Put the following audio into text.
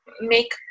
make